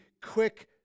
quick